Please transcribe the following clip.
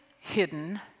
hidden